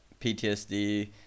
PTSD